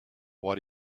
what